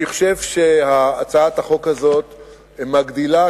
אני חושב שהצעת החוק הזאת מגדילה,